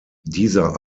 dieser